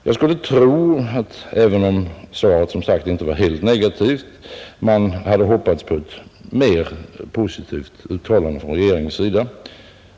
Jag skulle tro att man, även om svaret som sagt inte var helt negativt, hade hoppats på ett mer positivt uttalande från regeringens sida.